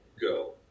go